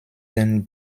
den